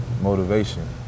motivation